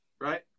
Right